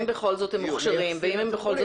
אם בכל זאת הם מוכשרים ואם הם בכל זאת